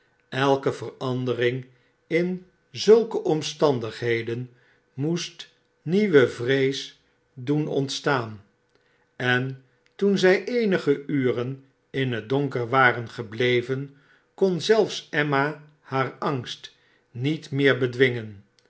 eike verandering in zulke omstandigheden moest nieuwe vrees doen onstaan en toen zij eenige uren in het donker waren gebleven kon zelfs emma haar angst niet meer bedwingen